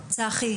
צחי,